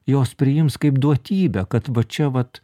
jos priims kaip duotybę kad va čia vat